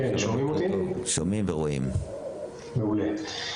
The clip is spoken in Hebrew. קודם כל